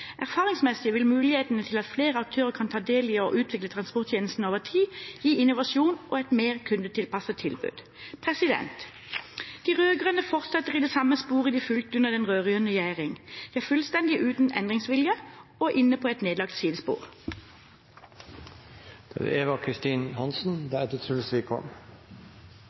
Erfaringsmessig vil muligheten til at flere aktører kan ta del i å utvikle transporttjenestene over tid, gi innovasjon og et mer kundetilpasset tilbud. De rød-grønne fortsetter i det samme sporet de fulgte under den rød-grønne regjeringen. De er fullstendig uten endringsvilje og inne på et nedlagt